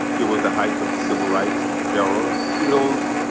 it was the height of the civil rights era. you know,